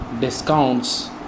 discounts